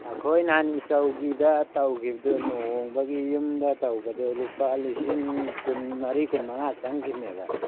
ꯑꯩꯈꯣꯏ ꯅꯍꯥꯟ ꯏꯆꯧꯒꯤꯗ ꯇꯧꯕꯈꯤꯗꯨ ꯂꯨꯍꯣꯡꯕꯒꯤ ꯌꯨꯝꯗ ꯇꯧꯕꯗꯣ ꯂꯨꯄꯥ ꯂꯤꯁꯤꯡ ꯀꯨꯟꯃꯔꯤ ꯀꯨꯟꯃꯉꯥ ꯆꯪꯈꯤꯕꯅꯦꯕ